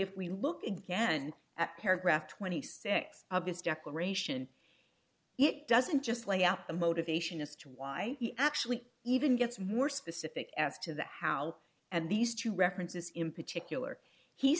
if we look again at paragraph twenty six of his declaration it doesn't just lay out the motivation as to why he actually even gets more specific as to the how and these two references in particular he